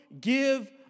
give